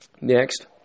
Next